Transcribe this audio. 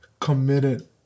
committed